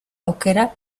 aukera